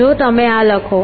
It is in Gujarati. જો તમે આ લખો